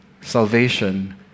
Salvation